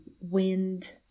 wind